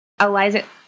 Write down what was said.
Eliza